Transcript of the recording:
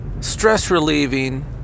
stress-relieving